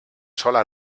sola